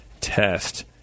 test